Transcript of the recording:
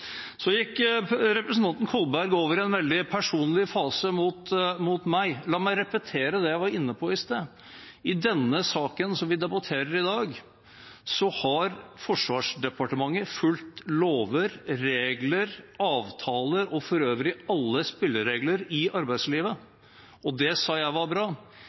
Så gikk representanten Kolberg over i en veldig personlig fase mot meg. La meg repetere det jeg var inne på i sted. I denne saken som vi debatterer i dag, har Forsvarsdepartementet fulgt lover, regler, avtaler og for øvrig alle spilleregler i arbeidslivet. Det sa jeg var bra.